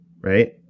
Right